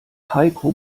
heiko